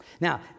Now